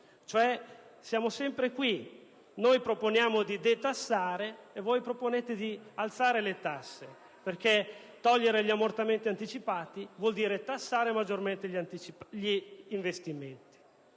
stessa storia: noi proponiamo di detassare e voi di aumentare le tasse, perché togliere gli ammortamenti anticipati vuol dire tassare maggiormente gli investimenti.